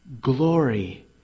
Glory